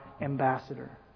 ambassador